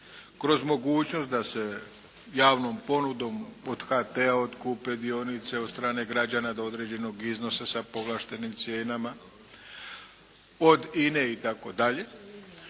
kroz mogućnost da se javnom ponudom od HT-a otkupe dionice. Od strane građana do određenog iznosa sa povlaštenim cijenama. Od INA-e i tako dalje.